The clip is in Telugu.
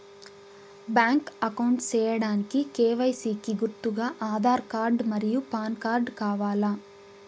బ్యాంక్ అకౌంట్ సేయడానికి కె.వై.సి కి గుర్తుగా ఆధార్ కార్డ్ మరియు పాన్ కార్డ్ కావాలా?